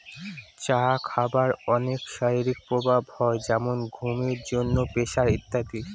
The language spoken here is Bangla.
চা খাবার অনেক শারীরিক প্রভাব হয় যেমন ঘুমের জন্য, প্রেসার ইত্যাদি